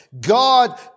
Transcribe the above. God